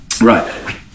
right